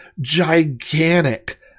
gigantic